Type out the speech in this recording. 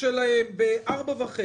שלהם ב-4:30